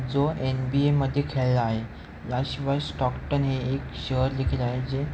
जो N B एमध्ये खेळला आहे याशिवाय स्टॉक्टन हे एक शहर देखील आहे जे